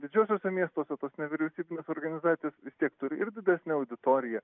didžiosiose miestuose tos nevyriausybinės organizacijos vis tiek turi ir didesnę auditoriją